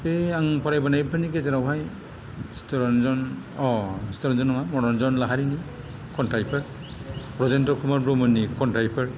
बै आं फरायबोनायफोरनि गेजेरावहाय चित्तरन्जन अ चित्तरन्जन नङा मनरन्जन लाहारिनि खन्थाइफोर ब्रजेन्द्र खुमार ब्रह्मनि खन्थाइफोर